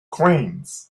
coins